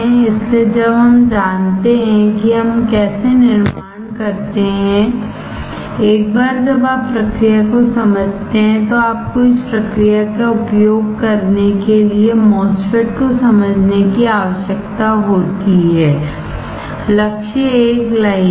इसलिए जब हम जानते हैं कि हम कैसे निर्माण करते हैं एक बार जब आप प्रक्रिया को समझते हैं तो आपको इस प्रक्रिया का उपयोग करने के लिए MOSFET को समझने की आवश्यकता होती है लक्ष्य एक लाइन में